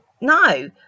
no